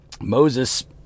Moses